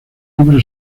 libro